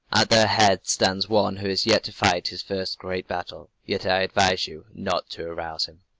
at their head stands one who is yet to fight his first great battle yet i advise you not to arouse him!